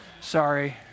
Sorry